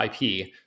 IP